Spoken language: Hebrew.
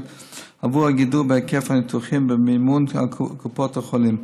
עבור הגידול בהיקף הניתוחים במימון קופות החולים.